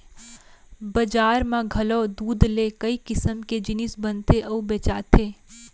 बजार म घलौ दूद ले कई किसम के जिनिस बनथे अउ बेचाथे